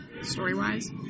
Story-wise